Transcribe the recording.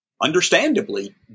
understandably